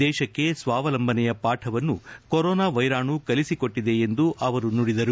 ದೇಶಕ್ಕೆ ಸ್ವಾವಲಂಬನೆಯ ಪಾಠವನ್ನು ಕೊರೋನಾ ವೈರಾಣು ಕಲಿಸಿಕೊಟ್ಟದೆ ಎಂದು ಅವರು ನುಡಿದರು